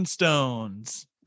stones